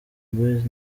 boyz